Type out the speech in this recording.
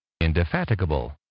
indefatigable